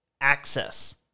access